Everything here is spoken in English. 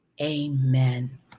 amen